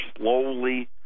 slowly